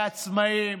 לעצמאים,